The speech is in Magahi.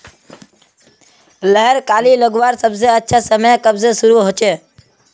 लहर कली लगवार सबसे अच्छा समय कब से शुरू होचए?